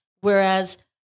Whereas